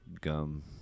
gum